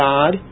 God